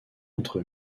entre